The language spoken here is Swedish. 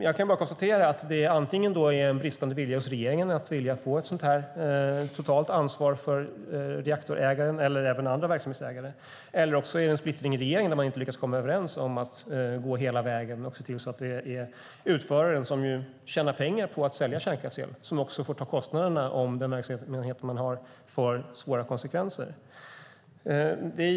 Jag kan bara konstatera att det antingen finns en bristande vilja hos regeringen att få ett sådant här totalt ansvar för reaktorägaren, och även för andra verksamhetsägare, eller en splittring i regeringen där man inte lyckas komma överens om att gå hela vägen och se till så att det är utföraren, som ju tjänar pengar på att sälja kärnkraftsel, som också får ta kostnaderna om den verksamhet som bedrivs får svåra konsekvenser.